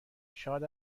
شاد